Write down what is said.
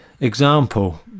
example